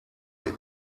wir